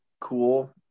cool